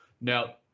Now